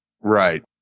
Right